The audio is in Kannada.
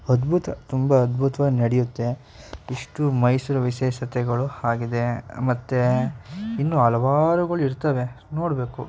ಅದ್ಭುತ ತುಂಬ ಅದ್ಭುತವಾಗ್ ನಡೆಯುತ್ತೆ ಇಷ್ಟು ಮೈಸೂರು ವಿಶೇಷತೆಗಳು ಆಗಿದೆ ಮತ್ತು ಇನ್ನು ಹಲವಾರುಗಳ್ ಇರ್ತವೆ ನೋಡಬೇಕು